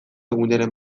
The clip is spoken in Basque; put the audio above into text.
guneren